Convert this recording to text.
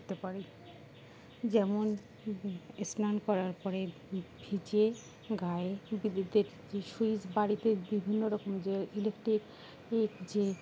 করতে পারি যেমন স্নান করার পরে ভিজে গায়ে বিদ্যুতের যে সুইচ বাড়িতে বিভিন্ন রকম যে ইলেকট্রিক যে